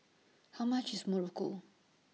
How much IS Muruku